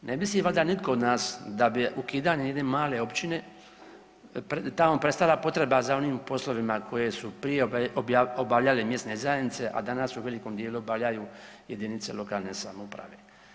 Ne misli valjda nitko od nas da bi ukidanje jedne male općine tamo prestala potreba za onim poslovima koja su prije obavljale mjesne zajednice, a danas u velikom dijelu obavljaju jedinice lokalne samouprave.